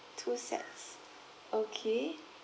two sets okay